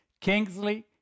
Kingsley